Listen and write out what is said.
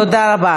תודה רבה.